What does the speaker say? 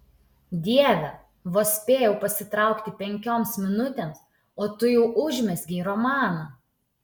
dieve vos spėjau pasitraukti penkioms minutėms o tu jau užmezgei romaną